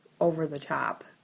over-the-top